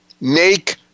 make